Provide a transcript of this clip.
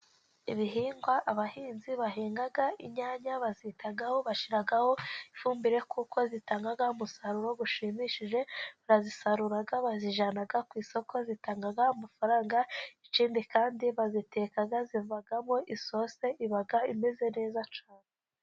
Ibihingwa abahinzi bahinga， inyanya bazitaho， bashiyiraho ifumbire，kuko zitanga umusaruro ushimishije，barazisarura，bazijyana ku isoko， zitanga amafaranga， ikindi kandi baraziteka，zivamo isosi iba imeze neza cyane.